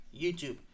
YouTube